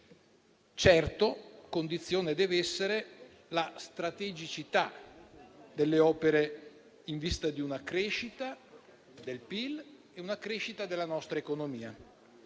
Certamente condizione dev'essere la strategicità delle opere, in vista di una crescita del PIL e della nostra economia.